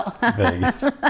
Vegas